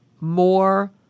more